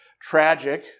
tragic